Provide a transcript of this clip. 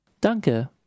Danke